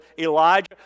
Elijah